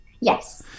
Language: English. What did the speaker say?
Yes